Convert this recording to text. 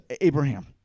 Abraham